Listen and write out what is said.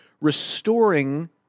restoring